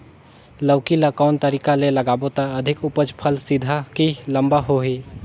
लौकी ल कौन तरीका ले लगाबो त अधिक उपज फल सीधा की लम्बा होही?